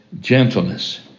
gentleness